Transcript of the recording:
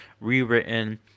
rewritten